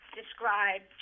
describe